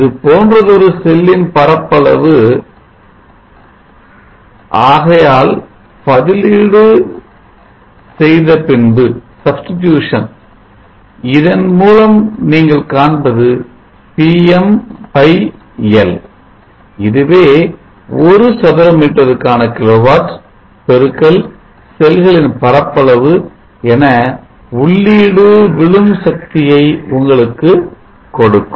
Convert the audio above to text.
இது போன்றதொரு செல்லின் பரப்பளவு ஆகையால் பதிலீடு செய்த பின்பு இதன் மூலம் நீங்கள் காண்பது PmL இதுவே ஒரு சதுர மீட்டருக்கான கிலோவாட் x செல்களின் பரப்பளவு என உள்ளீடு விழும் சக்தியை உங்களுக்கு கொடுக்கும்